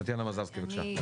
טטיאנה מזרסקי בבקשה.